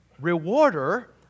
rewarder